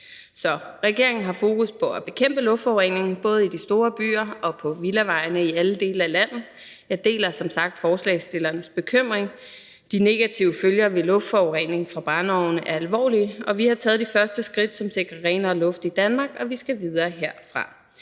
Regeringen har fokus på at bekæmpe luftforureningen både i de store byer og på villavejene i alle dele af landet. Jeg deler som sagt forslagsstillernes bekymring. De negative følger af luftforurening fra brændeovne er alvorlige, og vi har taget de første skridt, som sikrer renere luft i Danmark, og vi skal videre herfra.